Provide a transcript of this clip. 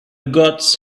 gods